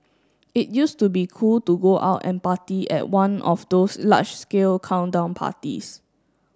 it used to be cool to go out and party at one of those large scale countdown parties